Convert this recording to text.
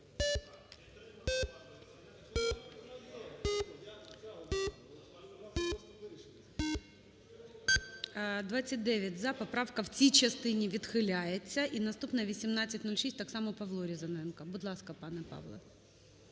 За-29 Поправка в цій частині відхиляється. І наступна – 1806. Так само Павло Різаненко. Будь ласка, пане Павле.